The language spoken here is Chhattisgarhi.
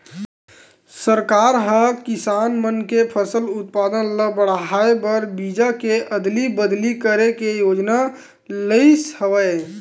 सरकार ह किसान मन के फसल उत्पादन ल बड़हाए बर बीजा के अदली बदली करे के योजना लइस हवय